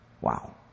Wow